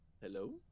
hello